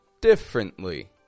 differently